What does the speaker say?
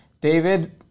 David